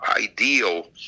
ideal